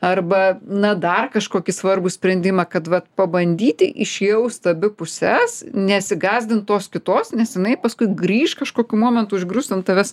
arba na dar kažkokį svarbų sprendimą kad vat pabandyti išjaust abi puses nesigąsdint tos kitos nes jinai paskui grįš kažkokiu momentu užgrius an tavęs